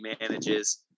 manages